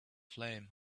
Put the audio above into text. flame